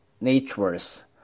natures